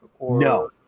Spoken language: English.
No